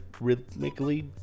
rhythmically